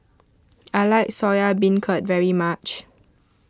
I like Soya Beancurd very much